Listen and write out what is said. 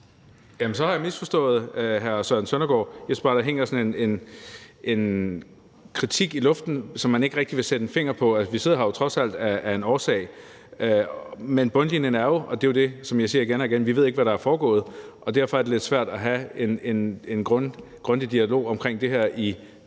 Jamen så har jeg misforstået hr. Søren Søndergaard. Jeg synes bare, at der hænger sådan en kritik i luften, som man ikke rigtig vil sætte en finger på. Altså, vi sidder her jo trods alt af en årsag. Men bundlinjen er jo – og det er jo det, som jeg siger igen og igen – at vi ikke ved, hvad der er foregået. Derfor er det lidt svært at have en grundig dialog omkring det her i,